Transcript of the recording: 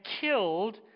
killed